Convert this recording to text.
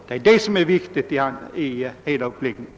Det är det som är det viktiga i hela uppläggningen.